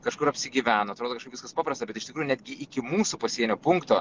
kažkur apsigyveno atrodo kaižkaip viskas paprasta bet iš tikrųjų netgi iki mūsų pasienio punkto